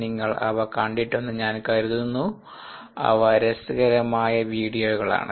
നിങ്ങൾ അവ കണ്ടിട്ടുണ്ടെന്ന് ഞാൻ കരുതുന്നു അവ രസകരമായ വീഡിയോകളാണ്